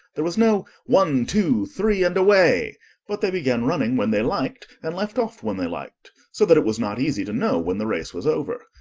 there was no one, two, three, and away but they began running when they liked, and left off when they liked, so that it was not easy to know when the race was over.